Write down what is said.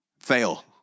fail